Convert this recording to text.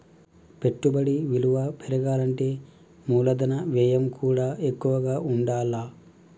పెట్టుబడి విలువ పెరగాలంటే మూలధన వ్యయం కూడా ఎక్కువగా ఉండాల్ల